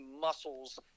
muscles